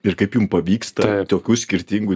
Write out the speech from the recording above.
ir kaip jum pavyksta tokių skirtingų